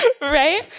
right